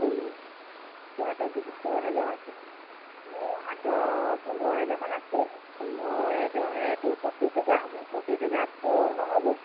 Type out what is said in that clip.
হয়নি তোৰ হাতত যদি দহ হেজাৰ আছিলে মোৰ হাতত পোন্ধৰ হেজাৰ মান আছে পোন্ধৰয়ে দহেটো পঁচিছ হেজাৰ হ'ব পঁচিছ হেজাৰটো নহ'ব